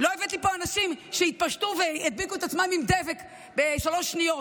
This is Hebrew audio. לא הבאתי לפה אנשים שיתפשטו וידביקו את עצמם עם דבק שלוש שניות.